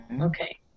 Okay